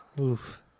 Oof